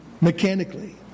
mechanically